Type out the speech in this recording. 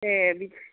ए